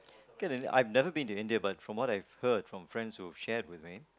okay then I've never been to India but from what I've heard from friends who've shared with me